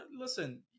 listen